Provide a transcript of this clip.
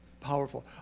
Powerful